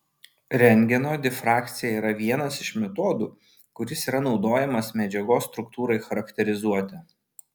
rentgeno difrakcija yra vienas iš metodų kuris yra naudojamas medžiagos struktūrai charakterizuoti